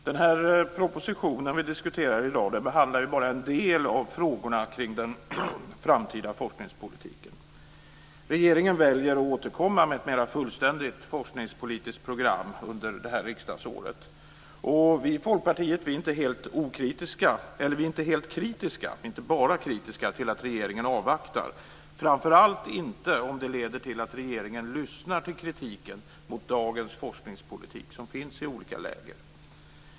Herr talman! Den proposition som vi diskuterar i dag behandlar bara en del av frågorna kring den framtida forskningspolitiken. Regeringen väljer att återkomma med ett mer fullständigt forskningspolitiskt program under detta riksdagsår. Vi i Folkpartiet är inte helt kritiska till att regeringen avvaktar, framför allt inte om det leder till att regeringen lyssnar till den kritik mot dagens forskningspolitik som finns i olika läger.